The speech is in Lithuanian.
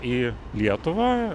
į lietuvą